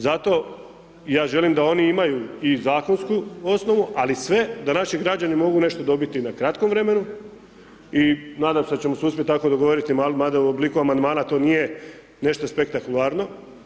Zato ja želim da oni imaju i zakonsku osnovu, ali sve da naši građani mogu dobiti na kratkom vremenu i nadam se da ćemo se uspjeti tako dogovoriti ma da u obliku amandmana to nije nešto spektakularno.